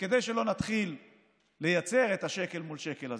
וכדי שלא נתחיל לייצר את השקל מול שקל הזה,